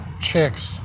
chicks